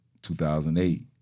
2008